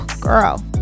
Girl